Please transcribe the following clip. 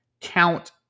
count